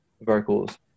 vocals